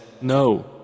No